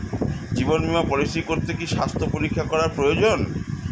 জীবন বীমা পলিসি করতে কি স্বাস্থ্য পরীক্ষা করা প্রয়োজন?